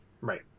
Right